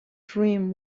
dream